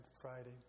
Friday